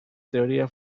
teoría